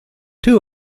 two